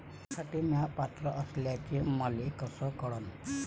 कर्जसाठी म्या पात्र असल्याचे मले कस कळन?